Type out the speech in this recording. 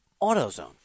AutoZone